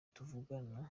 tuvugana